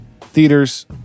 theaters